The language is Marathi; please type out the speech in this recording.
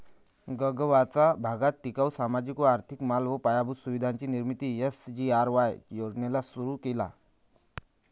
गगावाचा भागात टिकाऊ, सामाजिक व आर्थिक माल व पायाभूत सुविधांची निर्मिती एस.जी.आर.वाय योजनेला सुरु केला